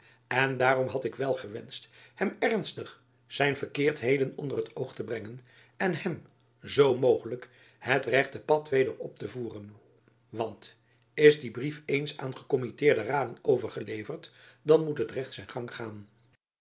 en daarom had ik wel gewenscht hem ernstig zijn verkeerdheden onder het oog te brengen en hem zoo mogelijk het rechte pad weder op te voeren want is die brief eens aan gekommitteerde raden overgeleverd dan moet het recht zijn gang gaan